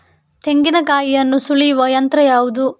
ತೆಂಗಿನಕಾಯಿಯನ್ನು ಸುಲಿಯುವ ಯಂತ್ರ ಯಾವುದು?